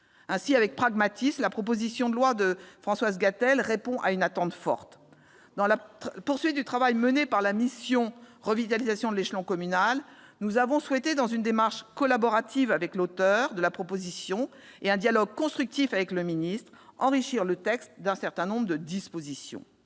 Avec pragmatisme, la proposition de loi de Françoise Gatel répond à une attente forte. Dans le prolongement du travail mené par la mission sur la revitalisation de l'échelon communal, nous avons souhaité, dans une démarche collaborative avec l'auteur de la proposition de loi et un dialogue constructif avec le ministre, enrichir le texte d'un certain nombre de dispositions.